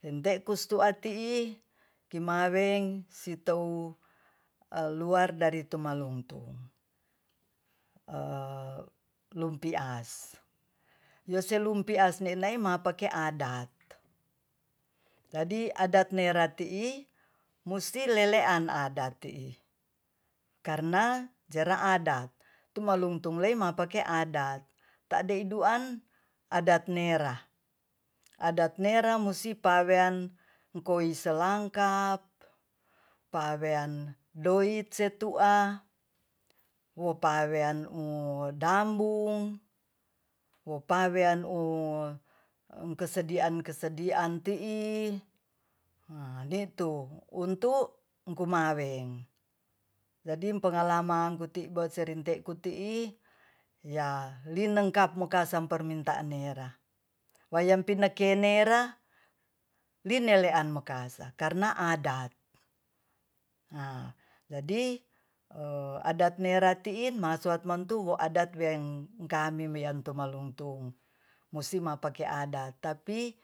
entekus tuatii kimaweng sitou luar dari tumaluntung lumpias yose lumpiasnemai pake adat jadi adat nera tii musti lelean adat tii karna jera adat tumaluntung lei mapake adat ta'de duan adat nera- mosipawean engkoiselangka pawean doid setua wo pawean modambung wo paweaan kesedian-kesedian tii a nitu untuk kumaweng jadi pengalaman serinte kutii ya linegkap mokase permintaan neira wayang pinda keinera linelean makasa karna adat a jadi adat nera tiin masowat montu'u adat weng kami wiang tumaluntung mosima pake adat tapi